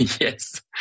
Yes